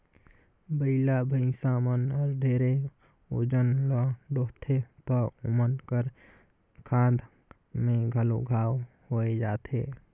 बइला, भइसा मन हर ढेरे ओजन ल डोहथें त ओमन कर खांध में घलो घांव होये जाथे